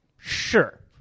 Sure